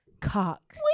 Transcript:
Cock